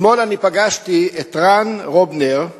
אתמול פגשתי את רן רובנר,